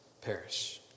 perish